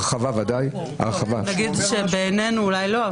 נגיד שבעינינו אולי לא,